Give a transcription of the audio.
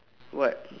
what